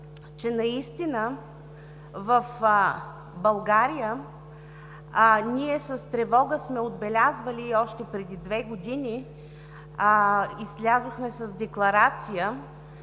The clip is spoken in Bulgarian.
че наистина в България ние с тревога сме отбелязвали – още преди две години излязохме с декларация